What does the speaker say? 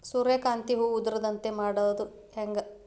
ಸೂರ್ಯಕಾಂತಿ ಹೂವ ಉದರದಂತೆ ಮಾಡುದ ಹೆಂಗ್?